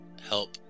help